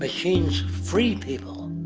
machines free people.